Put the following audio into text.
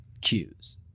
cues